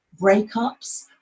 breakups